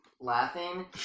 laughing